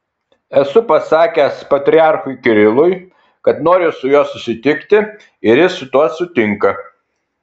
esu pasakęs patriarchui kirilui kad noriu su juo susitikti ir jis su tuo sutinka